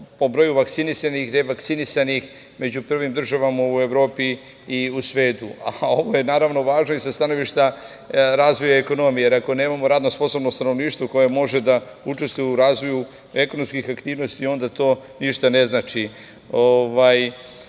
po broju vakcinisanih i revakcinisanih među prvim državama u Evropi i u svetu. Ovo je, naravno, važno i za stanovišta razvoja i ekonomije, jer ako nemamo radno sposobno stanovništvo koje može da učestvuje u razvoju ekonomskih aktivnosti, onda to ništa ne znači. To